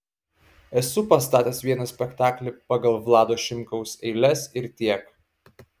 esu pastatęs vieną spektaklį pagal vlado šimkaus eiles ir tiek